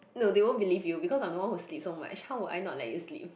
no they won't believe you because I'm the one that sleep so much how would I not let you sleep